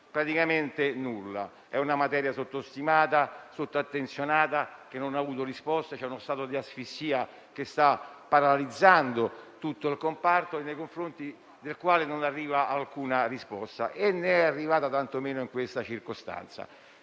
praticamente nulla. Si tratta di una materia sottostimata e sottoattenzionata, che non ha ricevuto risposte. C'è uno stato di asfissia, che sta paralizzando tutto il comparto, nei confronti del quale non arriva alcuna risposta, né tantomeno è arrivata in questa circostanza.